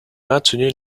maintenu